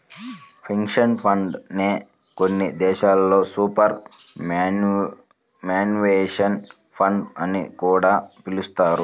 pension fund నే కొన్ని దేశాల్లో సూపర్ యాన్యుయేషన్ ఫండ్ అని కూడా పిలుస్తారు